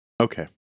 Okay